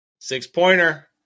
six-pointer